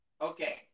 Okay